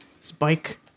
spike